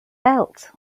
belt